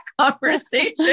conversation